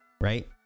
Right